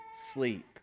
sleep